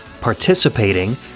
participating